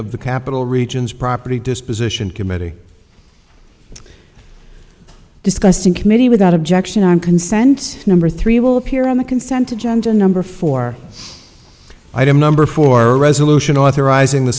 of the capitol regions property disposition committee discussed in committee without objection i'm consent number three will appear on the consent agenda number four item number four a resolution authorizing the